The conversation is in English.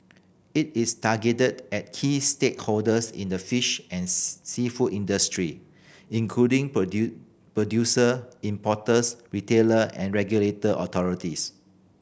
it is targeted at key stakeholders in the fish and seafood industry including producer importers retailer and regulatory authorities